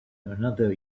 another